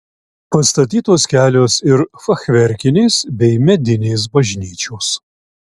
pastatytos kelios ir fachverkinės bei medinės bažnyčios